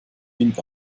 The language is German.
dient